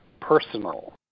personal